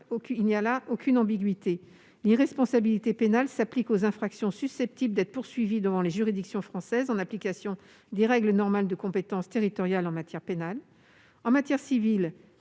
il n'y a là aucune ambiguïté. L'irresponsabilité pénale s'applique aux infractions susceptibles d'être poursuivies devant les juridictions françaises, en application des règles normales de compétence territoriale en matière pénale. En matière civile,